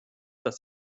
dass